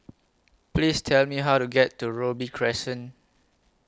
Please Tell Me How to get to Robey Crescent